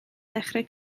ddechrau